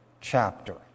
chapter